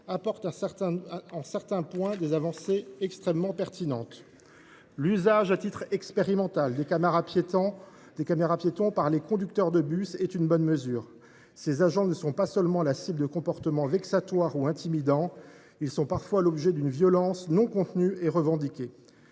apporte sur certains points des avancées extrêmement pertinentes. L’usage à titre expérimental d’une caméra piéton par les conducteurs de bus est une bonne mesure. Ces agents ne sont pas seulement la cible de comportements vexatoires ou intimidants, mais parfois l’objet d’une violence non contenue et revendiquée.